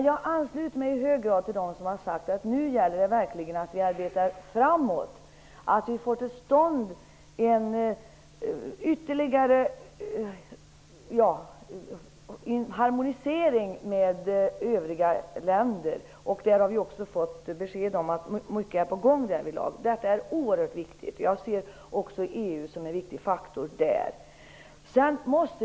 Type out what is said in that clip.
Jag ansluter mig dock i hög grad till dem som har sagt att det nu gäller att vi arbetar framåt och får till stånd en ytterligare harmonisering med övriga länder. Vi har ju fått besked om att mycket är på gång därvidlag. Detta är oerhört viktigt, och jag ser EU som en viktig faktor i det sammanhanget.